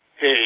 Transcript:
Hey